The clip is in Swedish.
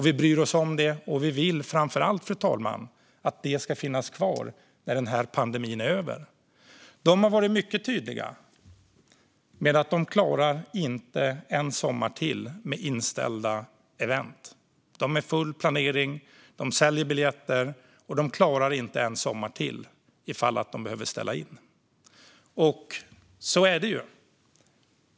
Vi bryr oss om det, och vi vill framför allt, fru talman, att det ska finnas kvar när den här pandemin är över. De här aktörerna har varit mycket tydliga med att de inte klarar en sommar till med inställda event. De är i full planering, de säljer biljetter och de klarar inte en sommar till om de behöver ställa in. Så är det.